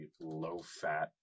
low-fat